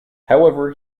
however